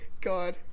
God